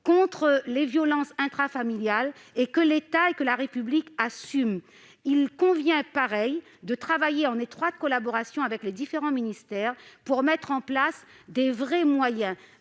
autant de dépenses sociales que l'État et la République assument. Il convient de travailler en étroite collaboration avec les différents ministères pour mettre en place de vrais moyens.